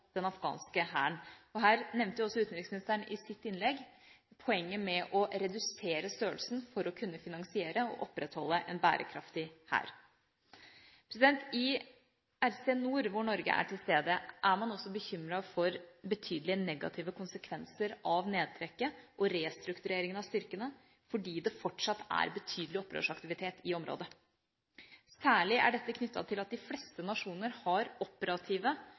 den afghanske hæren. Her nevnte også utenriksministeren i sitt innlegg poenget med å redusere størrelsen for å kunne finansiere og opprettholde en bærekraftig hær. I RC Nord – hvor Norge er til stede – er man også bekymret for betydelige negative konsekvenser av nedtrekket og restruktureringen av styrkene fordi det fortsatt er betydelig opprørsaktivitet i området. Særlig er dette knyttet til at de fleste nasjoner har operative